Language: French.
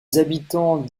habitants